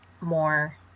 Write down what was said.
more